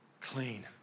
clean